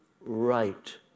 right